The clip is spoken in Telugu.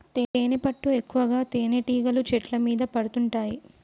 తేనెపట్టు ఎక్కువగా తేనెటీగలు చెట్ల మీద పెడుతుంటాయి